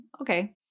okay